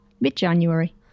mid-january